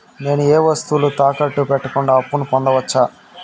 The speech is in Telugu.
నేను ఏ వస్తువులు తాకట్టు పెట్టకుండా అప్పును పొందవచ్చా?